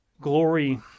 Glory